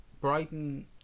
Brighton